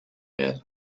elle